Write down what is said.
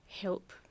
help